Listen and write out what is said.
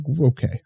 okay